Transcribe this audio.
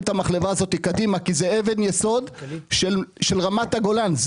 את המחלבה הזאת קדימה כי זאת אבן יסוד של רמת הגולן.